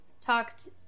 talked